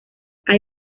hay